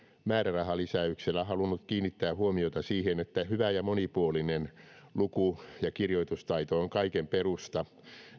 määrärahalisäyksellä halunnut kiinnittää huomiota siihen että hyvä ja monipuolinen luku ja kirjoitustaito on kaiken perusta